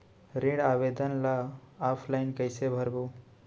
ऋण आवेदन ल ऑफलाइन कइसे भरबो?